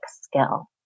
skill